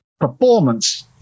performance